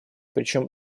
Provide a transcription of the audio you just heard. причем